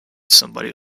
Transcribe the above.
somebody